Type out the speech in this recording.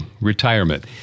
retirement